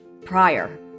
prior